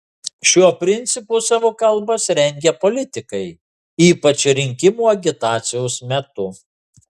šiuo principu savo kalbas rengia politikai ypač rinkimų agitacijos metu